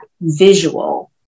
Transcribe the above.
visual